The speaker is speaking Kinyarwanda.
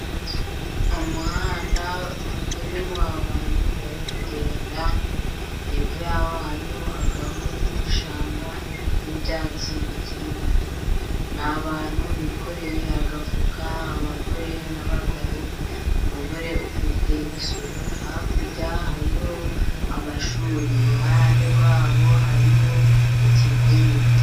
Umuhanda urimo abantu bari kugenda, hepfo yaho hariho agahuru k'ishyamba n'ibyatsi bikiri bito. Ni abantu bikoreye agafuka, abagore n'abagabo. Umugore ufite isuka, hakurya hariho amashuri. Iruhande rwabo hariho ikivumu.